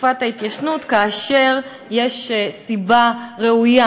תקופת ההתיישנות כאשר יש סיבה ראויה,